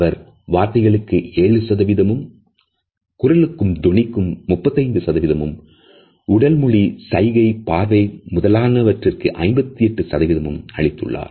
அவர் வார்த்தைகளுக்கு 7 சதவீதமும் குரலுக்கும் தொனிக்கும் 35 சதவீதமும் உடல் மொழி சைகை பார்வை முதலான விட்டிற்கு 58 அளித்துள்ளார்